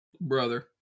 brother